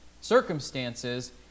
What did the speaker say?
circumstances